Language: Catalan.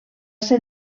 ser